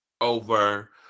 over